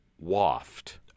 waft